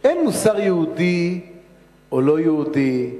אין מוסר יהודי או לא יהודי,